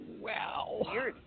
wow